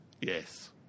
Yes